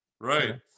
Right